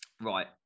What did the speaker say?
Right